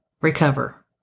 recover